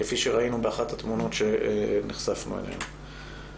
כפי שראינו באחת התמונות שנחשפנו אליהן.